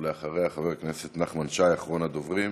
אחריה, חבר הכנסת נחמן שי, אחרון הדוברים.